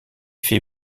fait